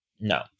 no